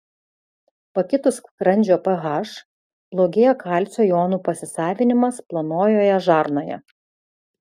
pakitus skrandžio ph blogėja kalcio jonų pasisavinimas plonojoje žarnoje